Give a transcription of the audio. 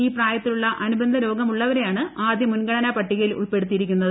ഈ പ്രായത്തിലുള്ള അനുബന്ധരോഗമുള്ള വരെയാണ് ആദ്യ മുൻഗണനാ പട്ടികയിൽ ഉൾപ്പെടുത്തിയിരി ക്കുന്നത്